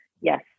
yes